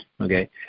okay